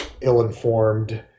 ill-informed